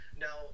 Now